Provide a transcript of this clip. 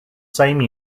same